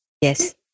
Yes